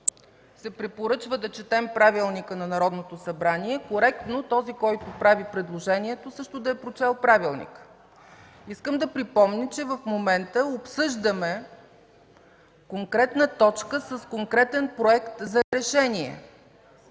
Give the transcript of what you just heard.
се препоръчва да четем правилника на Народното събрание, коректно е този, който прави предложението, също да е прочел правилника. Искам да припомня, че в момента обсъждаме конкретна точка с конкретен проект за решение.